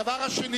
הדבר השני,